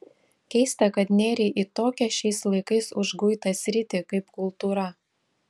keista kad nėrei į tokią šiais laikais užguitą sritį kaip kultūra